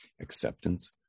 Acceptance